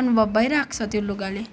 अनुभव भइरहेको छ त्यो लुगाले